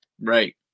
Right